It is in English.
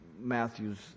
Matthew's